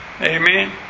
Amen